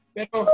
Pero